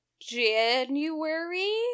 January